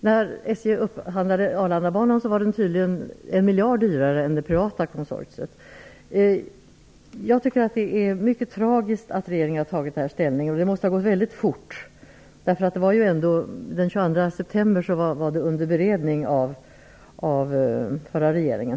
När SJ upphandlade Arlandabanan var SJ tydligen en miljard dyrare än det privata konsortiet. Jag tycker att det är mycket tragiskt att regeringen har intagit denna ståndpunkt, och det måste ha gått väldigt fort. Den 22 september var det här under beredning av den förra regeringen.